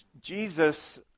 Jesus